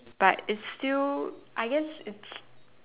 but it's still I guess it's